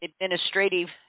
administrative